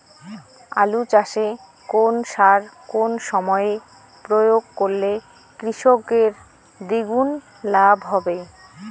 আলু চাষে কোন সার কোন সময়ে প্রয়োগ করলে কৃষকের দ্বিগুণ লাভ হবে?